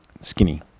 Skinny